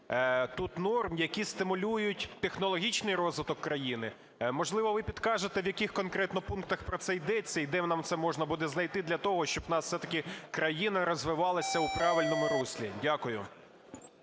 тут норм, які стимулюють технологічний розвиток країни. Можливо, ви підкажете, в яких конкретно пунктах про це йдеться і де нам це можна бути знайти для того, щоб у нас все-таки країна розвивалась у правильному руслі? Дякую.